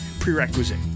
prerequisite